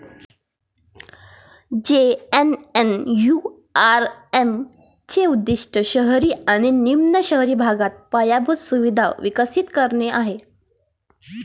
JNNURM चे उद्दीष्ट शहरी आणि निम शहरी भागात पायाभूत सुविधा विकसित करणे आहे